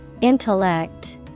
Intellect